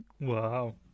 Wow